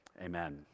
amen